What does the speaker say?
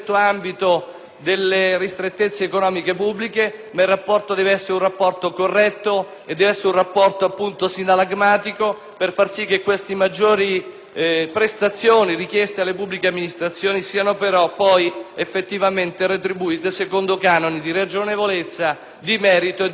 delle ristrettezze economiche pubbliche; il rapporto deve essere corretto e - lo ripeto - sinallagmatico, per far sì che le maggiori prestazioni richieste alle pubbliche amministrazioni siano poi effettivamente retribuite secondo canoni di ragionevolezza, di merito e di proporzionalità.